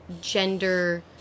gender